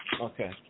Okay